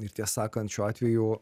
ir tiesą sakant šiuo atveju